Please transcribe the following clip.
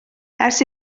ers